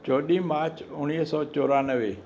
चोॾहीं March उणिवीह सौ चोरानवे